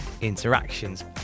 interactions